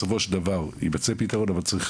בסופו של דבר, יימצא פתרון אבל צריך